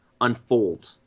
Unfold